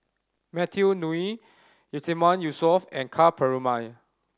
Matthew Ngui Yatiman Yusof and Ka Perumal